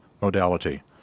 modality